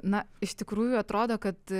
na iš tikrųjų atrodo kad